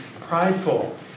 prideful